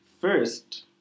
First